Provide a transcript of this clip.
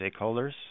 stakeholders